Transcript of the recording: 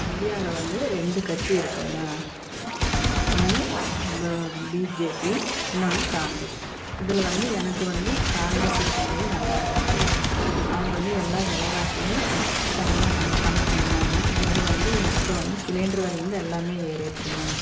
இந்தியாவில் வந்து ரெண்டு கட்சி இருக்குங்க ஒன்று பிஜேபி இன்னொன்று காங்கிரஸ் இதில் வந்து எனக்கு வந்து காங்கிரஸ் இருக்கும் போது நல்லா இருந்துச்சு அவங்க வந்து எல்லா விலவாசியும் தரமாக கண் கம்மி பண்ணாங்க இது வந்து இப்போ வந்து சிலிண்ட்ரு விலையிலருந்து எல்லாமே ஏறிடுச்சிதான்